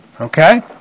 Okay